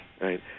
right